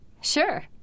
Sure